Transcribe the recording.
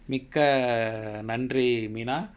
மிக்க நன்றி:mikka nandri meena